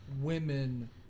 women